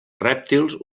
rèptils